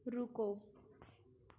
ਰੁਕੋ